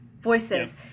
voices